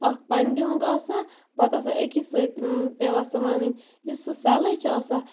اکھ پَنہٕ ڈیوٗنٛگ آسا پَتہٕ آسان أکِس سۭتۍ پیٚوان سُہ وَنٕنۍ یُس سہٕ سَلے چھِ آسان